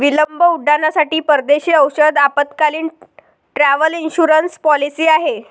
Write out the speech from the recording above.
विलंब उड्डाणांसाठी परदेशी औषध आपत्कालीन, ट्रॅव्हल इन्शुरन्स पॉलिसी आहे